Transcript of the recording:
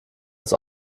aus